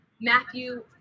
Matthew